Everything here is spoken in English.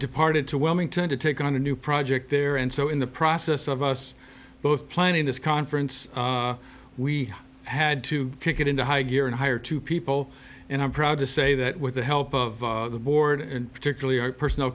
departed to wilmington to take on a new project there and so in the process of us both planning this conference we had to kick it into high gear and hire two people and i'm proud to say that with the help of the board and particularly our personal